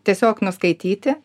tiesiog nuskaityti